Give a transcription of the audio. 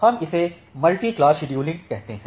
हम इसे multi class scheduling कहते हैं